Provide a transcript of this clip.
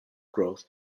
growth